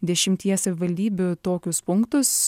dešimtyje savivaldybių tokius punktus